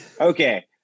Okay